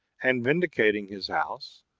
and vindicating his house,